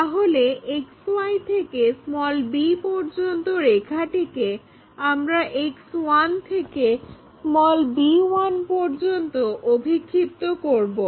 তাহলে XY থেকে b পর্যন্ত রেখাটিকে আমরা X1 থেকে b1 পর্যন্ত অভিক্ষিপ্ত করব